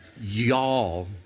Y'all